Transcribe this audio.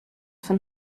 von